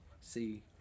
see